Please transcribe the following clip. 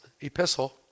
epistle